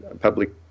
public